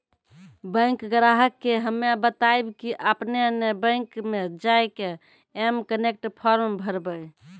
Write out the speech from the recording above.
bank ग्राहक के हम्मे बतायब की आपने ने बैंक मे जय के एम कनेक्ट फॉर्म भरबऽ